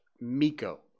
Miko